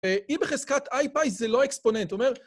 E בחזקת Iπ זה לא אקספוננט, אומר...